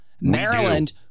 Maryland